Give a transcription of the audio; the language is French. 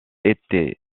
étaient